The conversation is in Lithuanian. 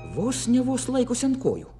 vos ne vos laikosi ant kojų